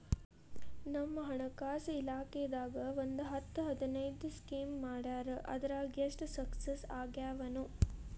ನಮ್ ಹಣಕಾಸ್ ಇಲಾಖೆದಾಗ ಒಂದ್ ಹತ್ತ್ ಹದಿನೈದು ಸ್ಕೇಮ್ ಮಾಡ್ಯಾರ ಅದ್ರಾಗ ಎಷ್ಟ ಸಕ್ಸಸ್ ಆಗ್ಯಾವನೋ